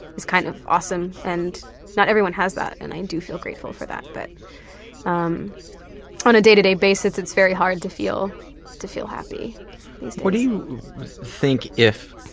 it's kind of awesome and not everyone has that and i do feel grateful for that, but um on a day-to-day basis it's very hard to feel to feel happy these days. what do you think if